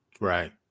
Right